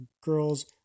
girl's